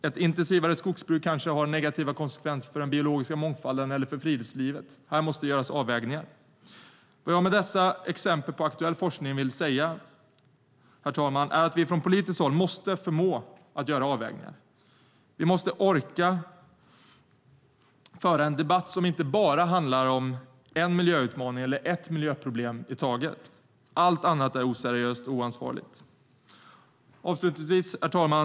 Ett intensivare skogsbruk kanske har negativa konsekvenser för den biologiska mångfalden eller för friluftslivet. Här måste göras avvägningar. Vad jag med dessa exempel på aktuell forskning vill säga, herr talman, är att vi från politiskt håll måste förmå göra avvägningar. Vi måste orka föra en debatt som inte bara handlar om en miljöutmaning eller ett miljöproblem i taget. Allt annat är oseriöst och oansvarigt. Herr talman!